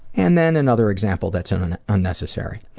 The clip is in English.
and then another example that's unnecessary.